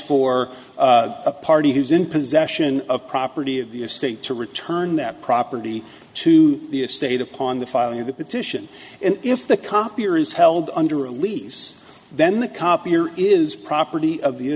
for a party who's in possession of property of the estate to return that property to the estate upon the filing of the petition and if the copier is held under a lease then the copier is property of the